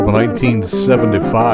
1975